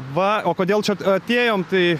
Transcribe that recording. va o kodėl čia atėjom tai